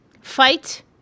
fight